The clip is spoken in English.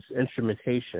instrumentation